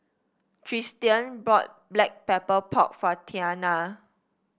Tristian bought Black Pepper Pork for Tianna